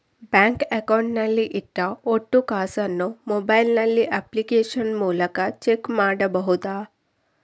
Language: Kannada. ಬ್ಯಾಂಕ್ ಅಕೌಂಟ್ ನಲ್ಲಿ ಇಟ್ಟ ಒಟ್ಟು ಕಾಸನ್ನು ಮೊಬೈಲ್ ನಲ್ಲಿ ಅಪ್ಲಿಕೇಶನ್ ಮೂಲಕ ಚೆಕ್ ಮಾಡಬಹುದಾ?